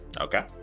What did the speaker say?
Okay